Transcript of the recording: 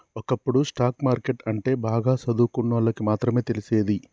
ఒకప్పుడు stock market అంటే బాగా చదువుకున్నోళ్ళకి మాత్రమే తెలిసేది